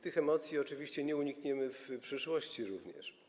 Tych emocji oczywiście nie unikniemy, w przyszłości również.